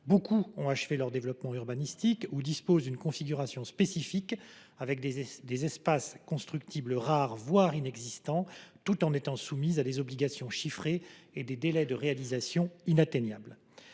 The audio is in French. beaucoup ont achevé leur développement urbanistique ou disposent d’une configuration spécifique – les espaces constructibles y sont rares, voire inexistants –, elles sont soumises à des obligations chiffrées et à des délais de réalisation inatteignables.